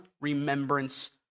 remembrance